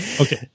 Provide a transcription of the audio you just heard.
Okay